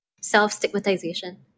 Self-stigmatization